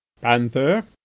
Panther